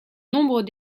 nombre